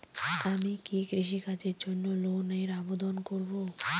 আমি কি কৃষিকাজের জন্য লোনের আবেদন করব?